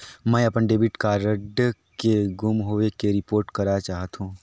मैं अपन debit card के गुम होवे के रिपोर्ट करा चाहत हों